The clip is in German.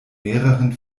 mehreren